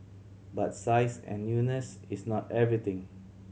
but size and newness is not everything